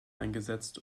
eingesetzt